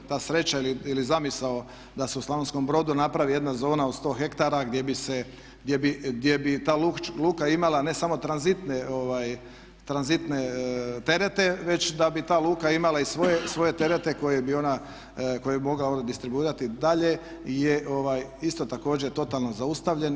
Ta sreća ili zamisao da se u Slavonskom Brodu napravi jedna zona od 100 hektara gdje bi se, gdje bi ta luka imala ne samo tranzitne terete već da bi ta luka imala i svoje terete koje bi onda, koje bi mogao distribuirati dalje je isto također totalno zaustavljen.